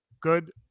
Good